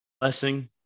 blessing